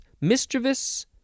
mischievous